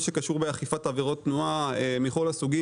שקשור באכיפת עבירות תנועה מכל הסוגים.